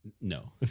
No